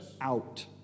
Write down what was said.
out